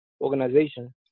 organization